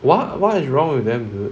wha~ what is wrong with them dude